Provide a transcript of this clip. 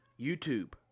YouTube